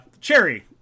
cherry